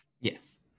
Yes